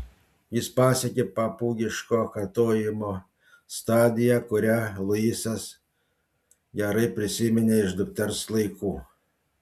jis pasiekė papūgiško kartojimo stadiją kurią luisas gerai prisiminė iš dukters laikų